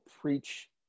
preach